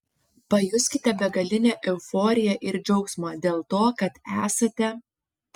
pajuskite begalinę euforiją ir džiaugsmą dėl to kad esate